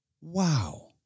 Wow